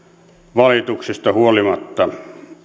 valituksista huolimatta